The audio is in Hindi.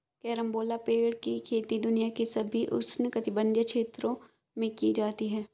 कैरम्बोला पेड़ की खेती दुनिया के सभी उष्णकटिबंधीय क्षेत्रों में की जाती है